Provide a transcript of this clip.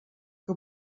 que